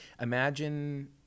imagine